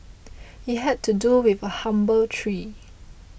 it had to do with a humble tree